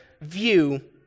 view